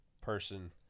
person